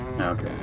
Okay